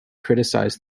criticized